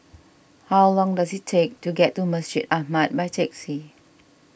how long does it take to get to Masjid Ahmad by taxi